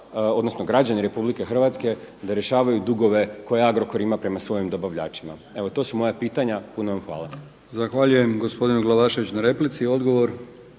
odnosno građani Republike Hrvatske da rješavaju dugove koje Agrokor ima prema svojim dobavljačima. Evo to su moja pitanja. Puno vam hvala. **Brkić, Milijan (HDZ)** Zahvaljujem gospodinu Glavaševiću na replici. Odgovor